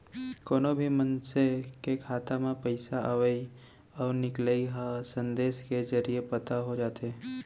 कोनो भी मनसे के खाता म पइसा अवइ अउ निकलई ह संदेस के जरिये पता हो जाथे